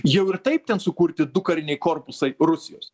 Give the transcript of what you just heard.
jau ir taip ten sukurti du kariniai korpusai rusijos